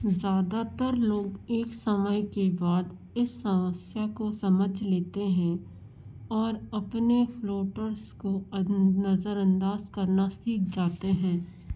ज़्यादातर लोग एक समय के बाद इस समझ लेते हैं और अपने फ्लोटर्स को नज़र अंदाज करना सीख जाते हैं समस्या को